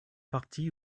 partis